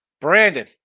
Brandon